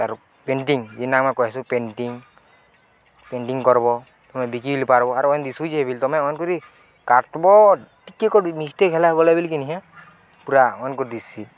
ତା'ର ପେଣ୍ଟିଂ ଯେନ୍ ଆମେ କହିସୁ ପେଣ୍ଟିଂ ପେଣ୍ଟିଂ କର୍ବ ତମେ ବିକି ହେଲି ପାର୍ବ ଅରୁ ଏନ୍ ଦିଶୁ ଯେ ହେଇବ ତମେ ଅନ୍ କରି କାଟ୍ବ ଟିକେ କରି ମିଷ୍ଟେକ୍ ହେଲା ବୋଲେ କିନଁ ପୁରା ଅନ୍ କର୍ଦିସି